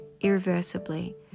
irreversibly